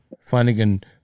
Flanagan